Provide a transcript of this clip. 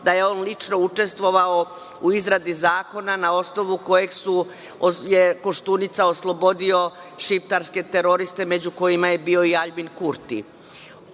da je on lično učestvovao u izradi zakona na osnovu koga je Koštunica oslobodio šiptarske teroriste među kojima je bio i Aljbin Kurti.